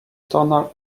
tonal